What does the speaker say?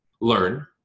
learn